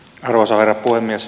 arvoisa herra puhemies